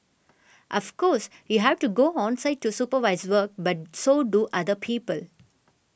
of course you have to go on site to supervise work but so do other people